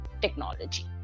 technology